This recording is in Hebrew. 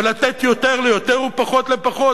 ולתת יותר ליותר ופחות לפחות.